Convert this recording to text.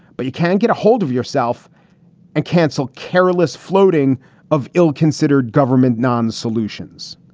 but you can't get a hold of yourself and cancel careless floating of ill considered government non solutions